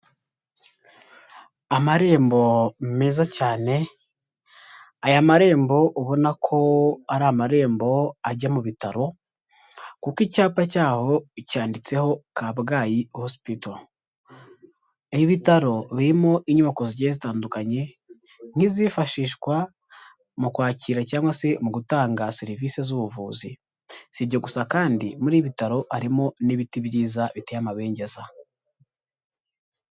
Amarembo meza cyane, aya marembo ubona ko ari amarembo ajya mu bitaro, kuko icyapa cyaho cyanyanditseho Kabgayi hosipito. Ibitaro birimo inyubako zigiye zitandukanye nk'izifashishwa mu kwakira cyangwa se mu gutanga serivisi z'ubuvuzi, si ibyo gusa kandi muri ibi bitaro harimo n'ibiti byiza biteye amabengeza.